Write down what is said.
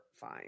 fine